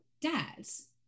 dads